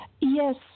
Yes